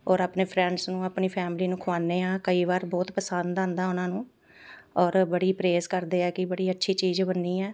ਔਰ ਆਪਣੇ ਫਰੈਂਡਸ ਨੂੰ ਆਪਣੀ ਫੈਮਲੀ ਨੂੰ ਖਵਾਉਂਦੇ ਹਾਂ ਕਈ ਵਾਰ ਬਹੁਤ ਪਸੰਦ ਆਉਂਦਾ ਉਹਨਾਂ ਨੂੰ ਔਰ ਬੜੀ ਪ੍ਰੇਜ਼ ਕਰਦੇ ਆ ਕਿ ਬੜੀ ਅੱਛੀ ਚੀਜ਼ ਬਣੀ ਹੈ